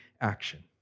action